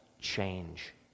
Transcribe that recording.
change